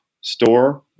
store